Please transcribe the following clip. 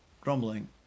grumbling